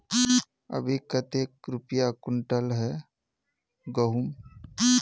अभी कते रुपया कुंटल है गहुम?